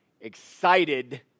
excited